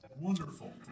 Wonderful